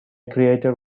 created